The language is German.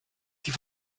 die